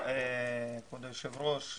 כבוד היושב ראש,